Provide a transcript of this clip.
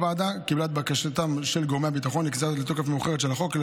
הוועדה קיבלה את בקשתם של גורמי הביטחון לכניסה לתוקף מאוחרת של החוק.